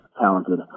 talented